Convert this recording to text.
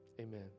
Amen